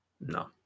No